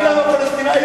תגיד: הפלסטינים,